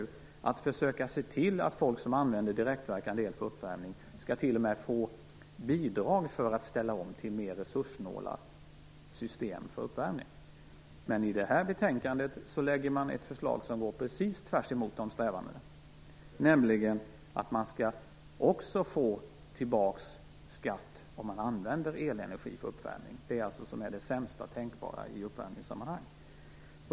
Man skall försöka se till att folk som använder direktverkande el för uppvärmning t.o.m. skall få bidrag för att ställa om till mer resurssnåla system för uppvärmning. Men i det här betänkandet läggs det fram ett förslag som går precis tvärtemot dessa strävanden, nämligen att man skall få tillbaka skatt också om man använder elenergi för uppvärmning, som ju är det sämsta tänkbara i uppvärmningssammanhang.